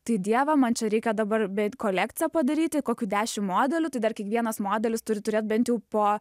tai dieve man čia reikia dabar beit kolekciją padaryti kokių dešim modelių tai dar kiekvienas modelis turi turėt bent jau po